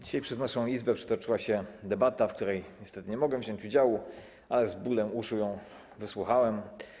Dzisiaj przez naszą Izbę przetoczyła się debata, w której niestety nie mogłem wziąć udziału, ale której z bólem uszu wysłuchałem.